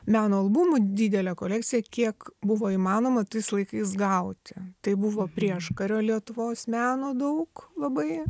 meno albumų didelė kolekcija kiek buvo įmanoma tais laikais gauti tai buvo prieškario lietuvos meno daug labai